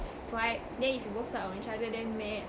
swipe then if it works out on each other then match